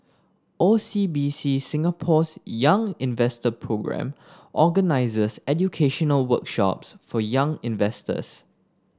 O C B C Singapore's Young Investor Programme organizes educational workshops for young investors